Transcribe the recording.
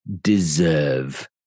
deserve